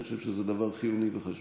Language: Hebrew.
אני חושב שזה דבר חיוני וחשוב.